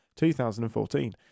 2014